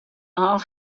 all